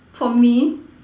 for me